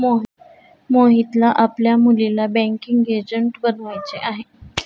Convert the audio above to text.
मोहितला आपल्या मुलीला बँकिंग एजंट बनवायचे आहे